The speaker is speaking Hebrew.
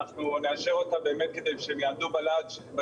אנחנו נאשר אותה באמת כדי שהם יעמדו ביעד